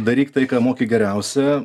daryk tai ką moki geriausio